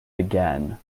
again